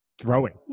Throwing